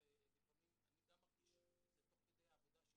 ולפעמים אני גם מרגיש את זה תוך כדי העבודה שלי,